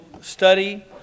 study